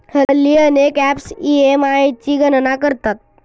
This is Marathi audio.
हल्ली अनेक ॲप्स ई.एम.आय ची गणना करतात